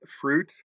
fruit